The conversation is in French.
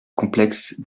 complexe